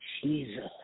Jesus